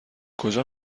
کجا